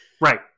right